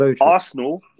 Arsenal